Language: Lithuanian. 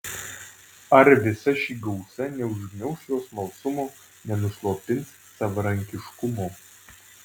ar visa ši gausa neužgniauš jo smalsumo nenuslopins savarankiškumo